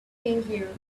tangier